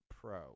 pro